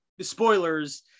spoilers